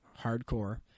hardcore